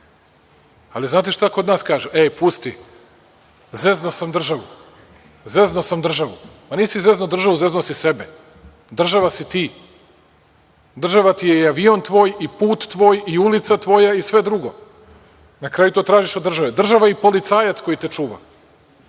šta kod nas kažu – e, pusti, zeznuo sam državu. Pa, nisi zeznuo državu, zeznuo si sebe. Država si ti. Država ti je i avion tvoj, i put tvoj, i ulica tvoja i sve drugo. Na kraju to tražiš od države. Država je i policajac koji te čuva.I